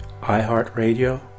iHeartRadio